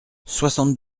soixante